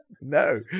No